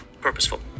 purposeful